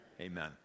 Amen